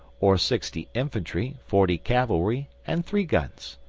or sixty infantry, forty cavalry, and three guns.